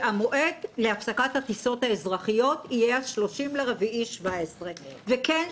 שהמועד להפסקת הטיסות האזרחיות יהיה ה-30 באפריל 2017. וכן,